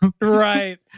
Right